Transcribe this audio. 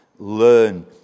Learn